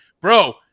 Bro